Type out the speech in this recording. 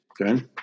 Okay